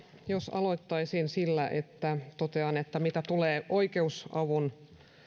jos aloittaisin sillä että totean että mitä tulee oikeusavun